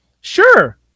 Sure